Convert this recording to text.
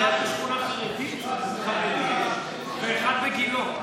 אגב, אחד בשכונה חרדית, חרדית, ואחד בגילה.